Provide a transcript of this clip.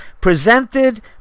presented